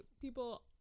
people